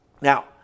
now